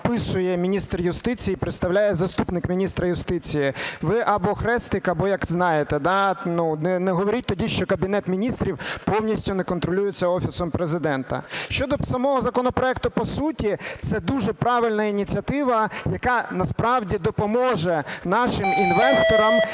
підписує міністр юстиції, і представляє заступник міністра юстиції. Ви або хрестик, або як… Знаєте, да? Не говоріть тоді, що Кабінет Міністрів повністю не контролюється Офісом Президента. Щодо самого законопроекту по суті. Це дуже правильна ініціатива, яка насправді допоможе нашим інвесторам